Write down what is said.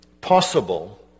possible